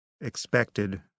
expected